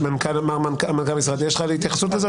מנכ"ל המשרד, יש לך התייחסות לזה?